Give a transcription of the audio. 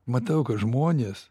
matau kad žmones